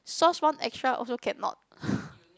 sauce want extra also cannot